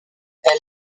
elle